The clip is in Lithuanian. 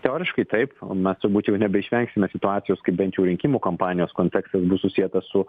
teoriškai taip na turbūt jau nebeišvengsime situacijos kai bent jau rinkimų kampanijos kontekstas bus susietas su